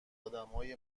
آدمهای